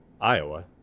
Iowa